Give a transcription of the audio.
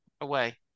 away